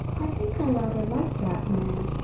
i think i rather like that man.